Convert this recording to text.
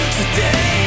Today